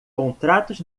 contratos